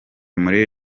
muri